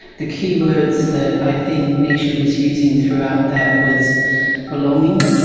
the key words that i think neisha was using throughout that was belonging,